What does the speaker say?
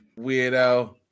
weirdo